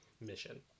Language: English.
mission